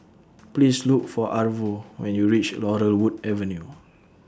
Please Look For Arvo when YOU REACH Laurel Wood Avenue